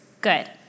good